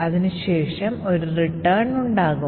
അതിനുശേഷം ഒരു return ഉണ്ടാകും